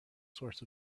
source